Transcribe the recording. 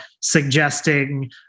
suggesting